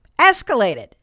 escalated